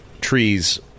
trees